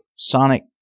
Sonic